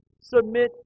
Submit